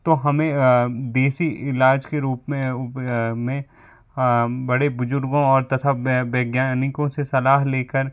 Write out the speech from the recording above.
तो हमें देशी इलाज़ के रूप में बड़े बुजुर्गों और तथा वैज्ञानिकों से सलाह लेकर